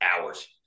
hours